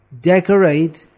decorate